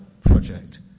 project